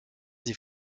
des